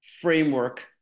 framework